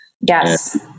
Yes